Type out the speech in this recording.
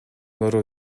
дароо